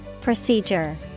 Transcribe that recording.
Procedure